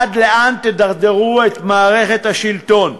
עד לאן תדרדרו את מערכת השלטון.